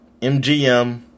MGM